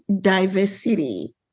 diversity